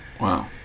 Wow